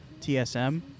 TSM